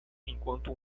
enquanto